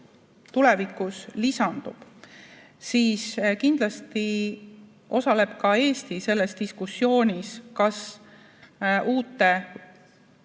tulevikus lisandub, siis kindlasti osaleb ka Eesti selles diskussioonis, kas uute